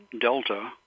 delta